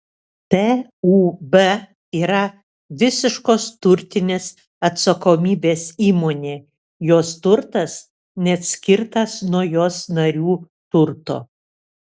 tūb yra visiškos turtinės atsakomybės įmonė jos turtas neatskirtas nuo jos narių turto